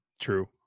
true